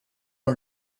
are